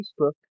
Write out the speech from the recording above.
Facebook